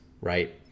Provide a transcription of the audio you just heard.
right